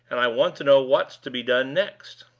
and i want to know what's to be done next.